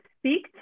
speak